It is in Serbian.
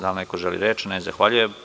Da li neko želi reč? (Ne.) Zahvaljujem.